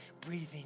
breathing